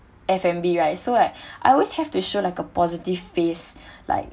F_N_B right so like I always have to show like a positive face like